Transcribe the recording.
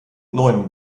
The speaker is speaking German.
neuen